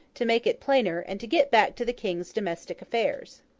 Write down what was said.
to make it plainer, and to get back to the king's domestic affairs.